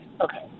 Okay